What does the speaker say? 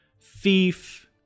thief